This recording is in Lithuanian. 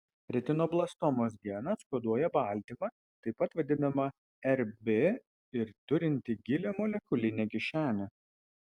retinoblastomos genas koduoja baltymą taip pat vadinamą rb ir turintį gilią molekulinę kišenę